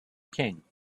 king